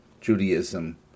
Judaism